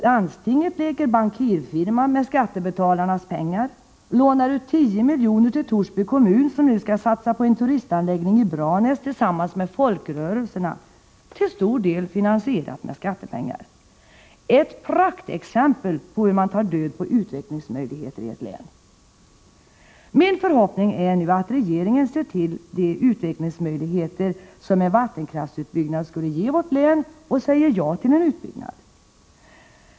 Landstinget leker bankirfirma med skattebetalarnas pengar och lånar ut 10 milj.kr. till Torsby kommun, som nu skall satsa på en turistanläggning i Branäs tillsammans med ”folkrörelserna” — till stor del finansierat med skattepengar, ett praktexempel på hur man tar död på utvecklingsmöjligheter i ett län. Min förhoppning är nu att regeringen ser till de utvecklingsmöjligheter som en vattenkraftsutbyggnad skulle ge vårt län och säger ja till en utbyggnad.